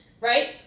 right